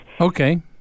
Okay